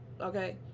Okay